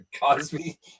Cosby